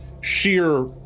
sheer